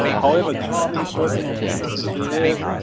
however, charming person she she is.